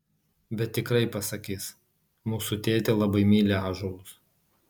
bet tikrai pasakys mūsų tėtė labai myli ąžuolus